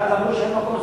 ואז אמרו שאין מקום,